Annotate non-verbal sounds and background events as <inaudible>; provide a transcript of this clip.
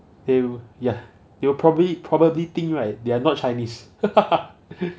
they will ya they will probably probably think right they are not chinese <laughs>